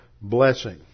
blessing